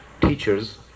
teachers